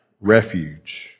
refuge